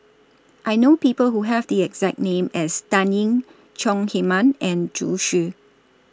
I know People Who Have The exact name as Dan Ying Chong Heman and Zhu Xu